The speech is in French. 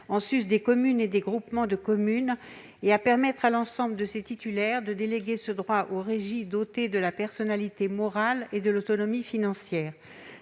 en sus des communes et des groupements de communes, et permet à l'ensemble de ces titulaires de déléguer ce droit aux régies dotées de la personnalité morale et de l'autonomie financière.